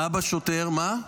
האבא שוטר, מה?